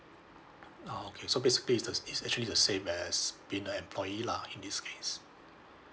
ah okay so basically is the is actually the same as being the employee lah in this case